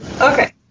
okay